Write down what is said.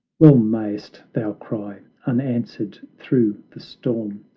well mayest thou cry, unanswered through the storm,